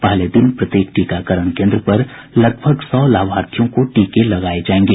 पहले दिन प्रत्येक टीकाकरण केंद्र पर लगभग सौ लाभार्थियों को टीके लगाये जायेंगे